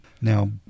Now